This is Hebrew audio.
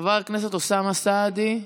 חבר הכנסת אוסאמה סעדי.